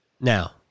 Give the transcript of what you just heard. now